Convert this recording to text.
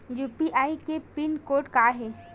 UPI के pin code का हे?